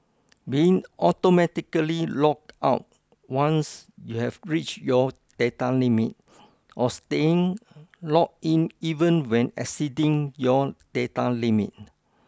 being automatically logged out once you've reached your data limit or staying logged in even when exceeding your data limit